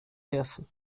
dürfen